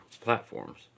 platforms